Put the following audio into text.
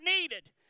needed